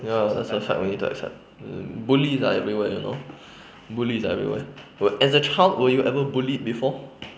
ya some some~ sometimes we need to accept bullies is everywhere you know bullies is everywhere as a child were you bullied before